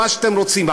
מה שאתם רוצים,